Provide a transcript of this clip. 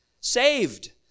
Saved